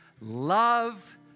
Love